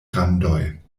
randoj